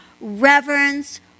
reverence